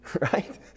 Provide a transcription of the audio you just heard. right